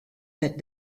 that